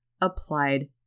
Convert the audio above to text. applied